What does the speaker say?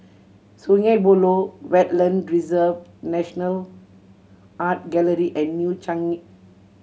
Sungei Buloh Wetland Reserve National Art Gallery and New Changi